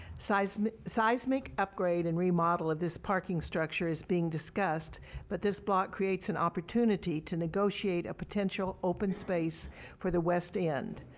seismic seismic upgrade and remodel of this parking structure is being discussed but this block creates an opportunity to negotiate a potential open space for the west end.